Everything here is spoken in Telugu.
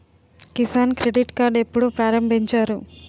కిసాన్ క్రెడిట్ కార్డ్ ఎప్పుడు ప్రారంభించారు?